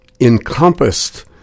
encompassed